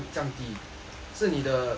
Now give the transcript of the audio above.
是你的